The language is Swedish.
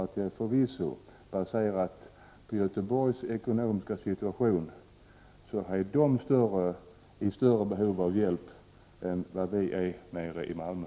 Med hänsyn till Göteborgs ekonomiska situation är göteborgarna förvisso i större behov av hjälp än vi nere i Malmö.